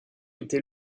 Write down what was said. était